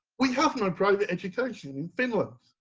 we have no private education in finland.